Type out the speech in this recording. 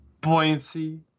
buoyancy